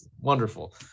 wonderful